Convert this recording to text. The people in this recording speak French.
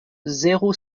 zéro